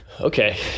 Okay